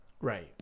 Right